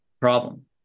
problem